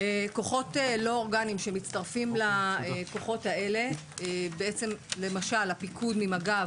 כוחות לא אורגניים שמצטרפים לכוחות האלה למשל הפיקוד ממג"ב